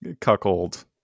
cuckold